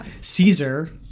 Caesar